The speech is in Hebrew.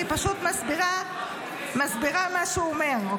אני פשוט מסבירה מה שהוא אומר.